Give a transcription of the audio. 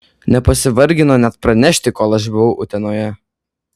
nepasivargino net pranešti kol aš buvau utenoje